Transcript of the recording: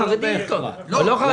גם לא חרדית.